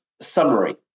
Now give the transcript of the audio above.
summary